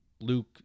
Luke